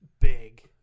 big